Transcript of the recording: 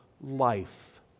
life